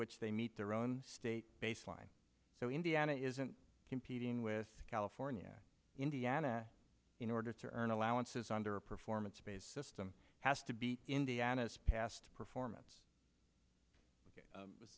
which they meet their own state baseline so indiana isn't competing with california indiana in order to earn allowances under a performance based system has to be indiana's past performance